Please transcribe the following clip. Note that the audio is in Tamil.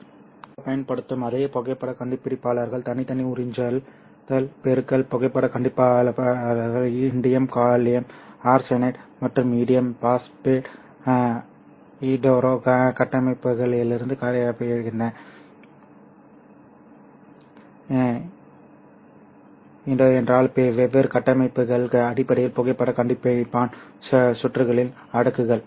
பொதுவாக பயன்படுத்தப்படும் அதே புகைப்படக் கண்டுபிடிப்பாளர்கள் தனித்தனி உறிஞ்சுதல் பெருக்கல் புகைப்படக் கண்டுபிடிப்பாளர்கள் இண்டியம் காலியம் ஆர்சனைடு மற்றும் இண்டியம் பாஸ்பேட் ஹீட்டோரோ கட்டமைப்புகளிலிருந்து தயாரிக்கப்படுகின்றன சரி ஹீட்டோரோ என்றால் வெவ்வேறு கட்டமைப்புகள் அடிப்படையில் புகைப்படக் கண்டுபிடிப்பான் சுற்றுகளின் அடுக்குகள்